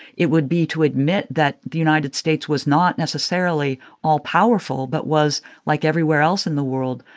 it would be to admit that the united states was not necessarily all powerful but was, like everywhere else in the world,